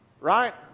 Right